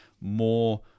more